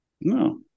No